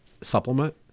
supplement